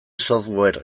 software